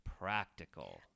practical